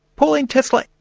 pauline tesler,